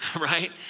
Right